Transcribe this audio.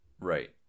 right